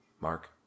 Mark